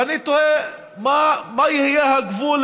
ואני תוהה מה יהיה הגבול,